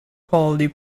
quality